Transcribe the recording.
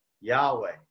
Yahweh